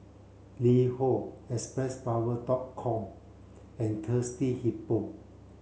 LiHo Xpressflower dot com and Thirsty Hippo